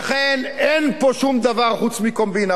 ולכן, אין פה שום דבר חוץ מקומבינה.